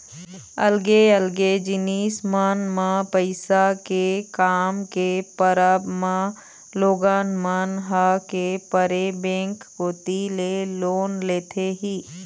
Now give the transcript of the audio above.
अलगे अलगे जिनिस मन म पइसा के काम के परब म लोगन मन ह के परे बेंक कोती ले लोन लेथे ही